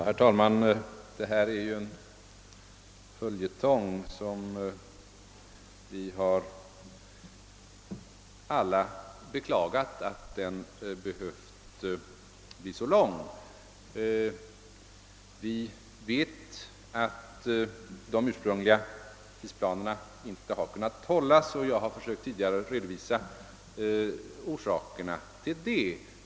Herr talman! Detta ärende är ju en följetong, och vi har alla beklagat att den har behövt bli så lång. Vi vet att de ursprungliga tidsplanerna inte har kunnat hållas. Jag har tidigare försökt redovisa orsakerna härtill.